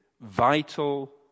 vital